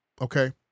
Okay